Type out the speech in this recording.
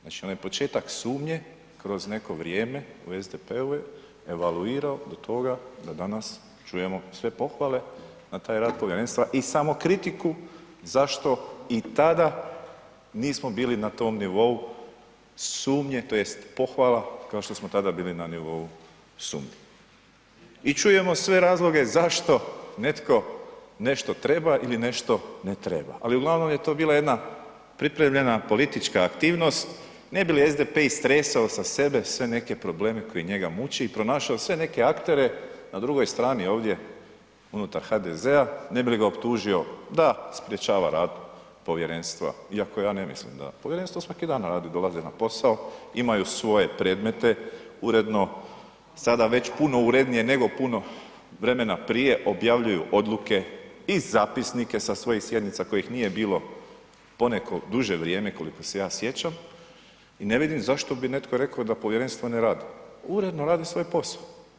Znači, onaj početak sumnje kroz neko vrijeme u SDP-u je evaluirao do toga da danas čujemo sve pohvale na taj rad povjerenstva i samokritiku zašto i tada nismo bili na tom nivou sumnje tj. pohvala kao što smo tada bili na nivou sumnje i čujemo sve razloge zašto netko nešto treba ili nešto ne treba, ali uglavnom je to bila jedna pripremljena politička aktivnost ne bi li SDP istresao sa sebe sve neke probleme koji njega muče i pronašao sve neke aktere na drugoj strani ovdje unutar HDZ-a ne bi li ga optužio da sprječava rad povjerenstva, iako ja ne mislim da, povjerenstvo svaki dan radi, dolaze na posao, imaju svoje predmete, uredno, sada već puno urednije nego puno vremena prije objavljuju odluke i zapisnike sa svojih sjednica kojih nije bilo poneko duže vrijeme koliko se ja sjećam i ne vidim zašto bi netko rekao da povjerenstvo ne radi, uredno radi svoj posao.